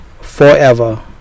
forever